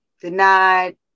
Denied